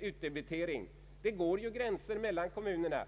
utdebitering, där går det gränser mellan kommunerna.